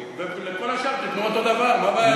ולכל השאר תיתנו אותו דבר, מה הבעיה?